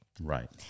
Right